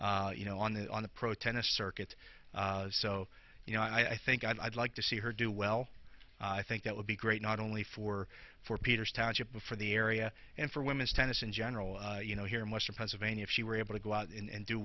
doing you know on the on the pro tennis circuit so you know i think i'd like to see her do well i think that would be great not only for for peters township for the area and for women's tennis in general you know here in western pennsylvania if she were able to go out and do